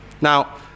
now